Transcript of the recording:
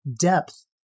depth